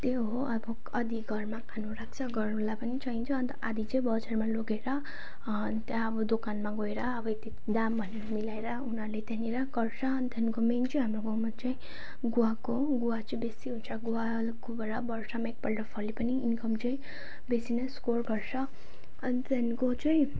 त्यही हो अब आधी घरमा खानु राख्छ अनि घरलाई पनि चाहिन्छ अन्त आधी चाहिँ बजारमा लगेर त्यहाँ अब दोकानमा गएर अब यति दाम भनेर मिलाएर उनीहरूले त्यहाँनेर गर्छ अनि त्यहाँको मेन चाहिँ हाम्रो गाउँमा चाहिँ गुवाको गुवा चाहिँ बेसी हुन्छ गुवाकोबाट वर्षमा एक पल्ट फले पनि इनकम चाहिँ बेसी नै स्कोर गर्छ अनि त्यहाँको चाहिँ